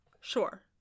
Sure